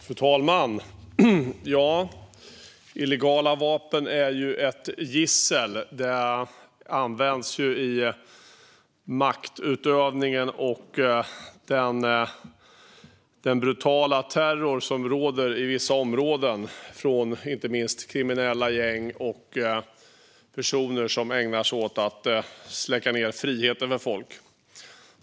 Fru talman! Illegala vapen är ett gissel. De används vid maktutövningen och i den brutala terror som råder i vissa områden, från inte minst kriminella gäng och personer som ägnar sig åt att släcka ned friheten för folk.